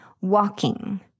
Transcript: walking